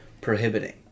prohibiting